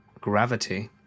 Gravity